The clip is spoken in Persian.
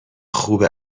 خوب